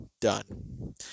done